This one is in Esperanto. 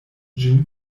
ĝin